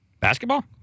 Basketball